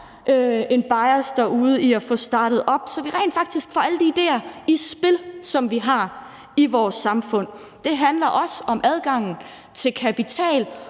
en bias derude i forhold til at få startet noget op – så vi rent faktisk får alle de idéer i spil, som vi har i vores samfund. Det handler også om adgangen til kapital,